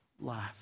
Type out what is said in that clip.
life